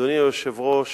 אדוני היושב-ראש,